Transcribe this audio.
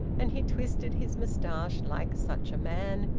and he twisted his moustache like such a man,